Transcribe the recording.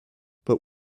but